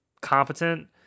competent